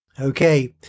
Okay